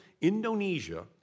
Indonesia